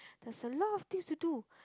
there's a lot of things to do